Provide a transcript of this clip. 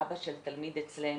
אבא של תלמיד אצלנו,